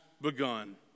begun